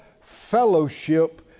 fellowship